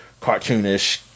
cartoonish